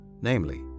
namely